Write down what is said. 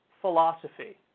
philosophy